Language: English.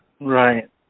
Right